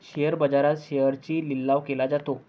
share बाजारात शेअर्सचा लिलाव केला जातो